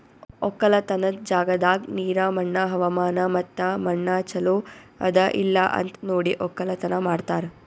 ಒಕ್ಕಲತನದ್ ಜಾಗದಾಗ್ ನೀರ, ಮಣ್ಣ, ಹವಾಮಾನ ಮತ್ತ ಮಣ್ಣ ಚಲೋ ಅದಾ ಇಲ್ಲಾ ಅಂತ್ ನೋಡಿ ಒಕ್ಕಲತನ ಮಾಡ್ತಾರ್